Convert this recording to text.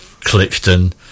Clifton